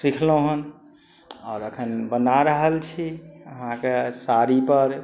सिखलहुॅं हन आओर अखन बना रहल छी अहाँके साड़ी पर